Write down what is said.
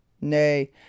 Nay